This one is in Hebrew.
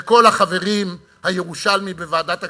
לכל החברים הירושלמים בוועדת הכספים,